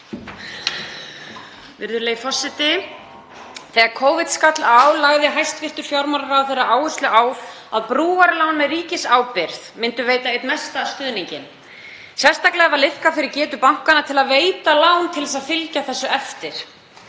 Virðulegi forseti. Þegar Covid skall á lagði hæstv. fjármálaráðherra áherslu á að brúarlán með ríkisábyrgð myndu veita einn mesta stuðninginn. Sérstaklega var liðkað fyrir getu bankanna til að veita lán til þess að fylgja þessu eftir.